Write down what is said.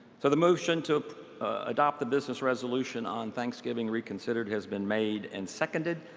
so the motion to adopt the business resolution on thanksgiving re-considered has been made and seconded.